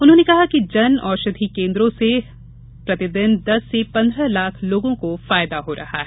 उन्होंने कहा कि जन औषधि केन्द्रों से प्रतिदिन दस से पन्द्रह लाख लोगों को फायदा हो रहा है